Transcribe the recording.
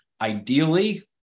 ideally